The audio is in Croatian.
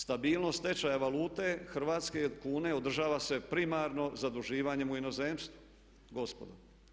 Stabilnost tečaja valute Hrvatske kune održava se primarno zaduživanjem u inozemstvu gospodo.